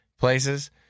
places